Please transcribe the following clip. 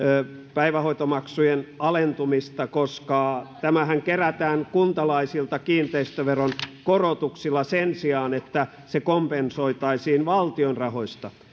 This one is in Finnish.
päivähoitomaksujen alentumista koska tämähän kerätään kuntalaisilta kiinteistöveron korotuksilla sen sijaan että se kompensoitaisiin valtion rahoista